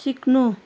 सिक्नु